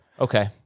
Okay